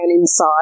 inside